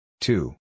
Two